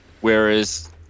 Whereas